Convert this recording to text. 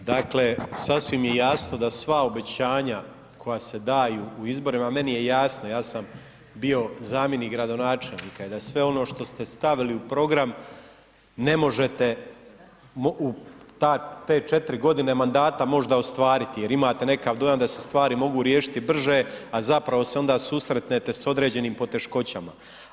Pa dakle, sasvim je jasno da sva obećanja koja se daju u izborima, meni je jasno, ja sam bio zamjenik gradonačelnika i da sve ono što ste stavili u program, ne možete u te 4.g. mandata možda ostvariti jer imate nekakav dojam da se stvari mogu riješiti brže, a zapravo se onda susretnete s određenim poteškoćama.